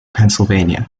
pennsylvania